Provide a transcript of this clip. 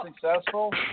successful